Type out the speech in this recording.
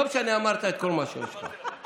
לא משנה, אמרת את כל מה שיש לך.